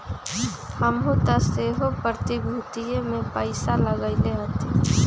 हमहुँ तऽ सेहो प्रतिभूतिय में पइसा लगएले हती